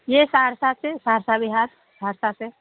یہ سہرسہ سے سہرسہ بہار سہرسہ سے